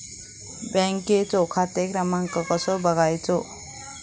बँकेचो खाते क्रमांक कसो बगायचो?